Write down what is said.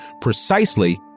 precisely